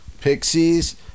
pixies